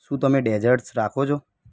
શું તમે ડેઝર્ટ્સ રાખો છો